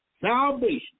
Salvation